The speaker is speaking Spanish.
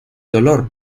dolor